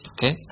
Okay